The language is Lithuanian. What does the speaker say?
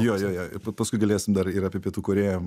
jo jo jo ir pa paskui galėsim dar ir apie pietų korėją